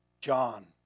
John